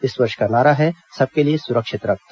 इस वर्ष का नारा है सबके लिए सुरक्षित रक्त